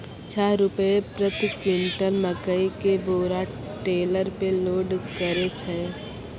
छह रु प्रति क्विंटल मकई के बोरा टेलर पे लोड करे छैय?